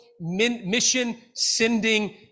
mission-sending